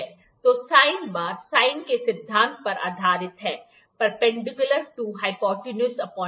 तो sine bar sine के सिद्धांत पर आधारित है perpendicular to hypotenuse upon base